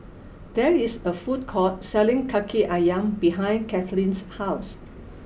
there is a food court selling Kaki Ayam behind Kathleen's house